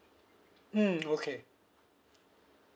mm okay